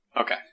Okay